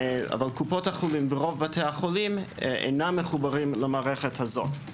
אבל קופות החולים ורוב בתי החולים אינם מחוברים למערכת הזאת.